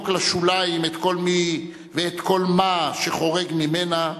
לשוליים את כל מי ואת כל מה שחורג ממנה,